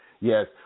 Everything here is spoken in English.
yes